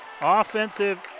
Offensive